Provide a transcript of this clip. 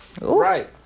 Right